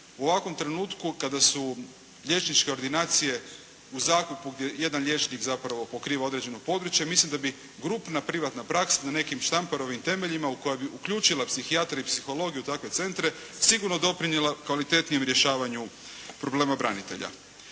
u ovakvom trenutku kada su liječničke ordinacije u zakupu gdje jedan liječnik zapravo pokriva određeno područje, mislim da bi grupna privatna praksa na nekim štamparovim temeljima u koja bi uključila psihijatriju i psihologiju u takve centre sigurno doprinijela kvalitetnijem rješavanju problema branitelja.